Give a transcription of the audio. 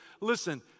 listen